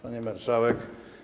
Pani Marszałek!